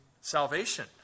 salvation